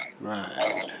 Right